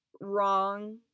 wrong